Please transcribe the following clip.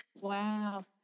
Wow